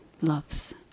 loves